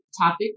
topic